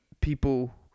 people